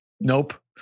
Nope